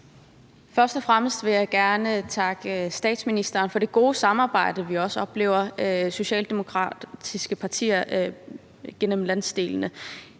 Først og fremmest vil jeg gerne takke statsministeren for det gode samarbejde, vi også oplever mellem de socialdemokratiske partier gennem landsdelene.